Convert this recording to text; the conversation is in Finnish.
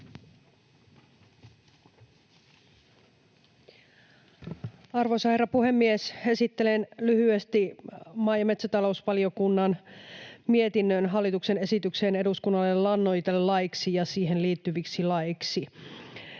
Arvoisa herra puhemies! Esittelen lyhyesti maa- ja metsätalousvaliokunnan mietinnön hallituksen esitykseen eduskunnalle lannoitelaiksi ja siihen liittyviksi laeiksi.